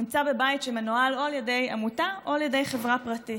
נמצא בבית שמנוהל או על ידי עמותה או על ידי חברה פרטית.